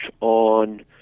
on